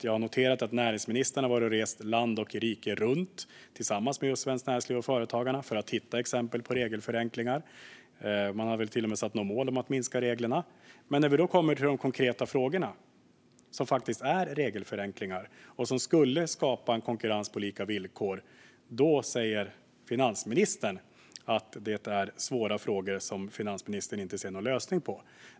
Jag har noterat att näringsministern har rest land och rike runt tillsammans med just Svenskt Näringsliv och Företagarna för att hitta exempel på regelförenklingar. Man har till och med satt något mål om att minska reglerna. Men när vi då kommer till de konkreta frågorna, som faktiskt handlar om regelförenklingar och som skulle skapa en konkurrens på lika villkor, säger finansministern att det är svåra frågor som finansministern inte ser någon lösning på.